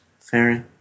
fairy